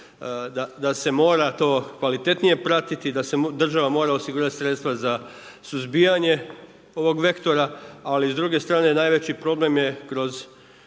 da se mora to kvalitetnije pratiti, da se država mora osigurati sredstva za suzbijanje ovog vektora, ali s druge strane najveći problem je kroz